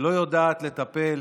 שלא יודעת לטפל